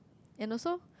and also